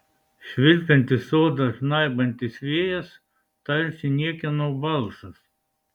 švilpiantis odą žnaibantis vėjas tarsi niekieno balsas